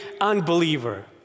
unbeliever